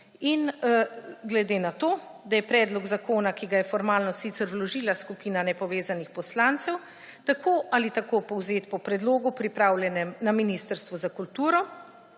Glede na to, da je predlog zakona, ki ga je formalno sicer vložila skupina nepovezanih poslancev, tako ali tako povzet po predlogu, pripravljenem na Ministrstvu za kulturo,